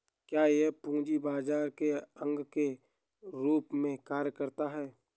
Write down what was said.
क्या यह पूंजी बाजार के अंग के रूप में कार्य करता है?